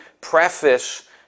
preface